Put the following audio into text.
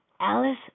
Alice